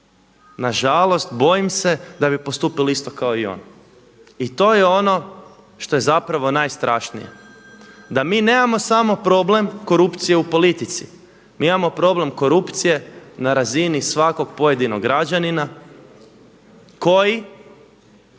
nažalost, bojim se da bi postupili isto kao i on. I to je ono što je zapravo najstrašnije, da mi nemamo samo problem korupcije u politici, mi imamo problem korupcije na razini svakog pojedinog građanina koji